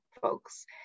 folks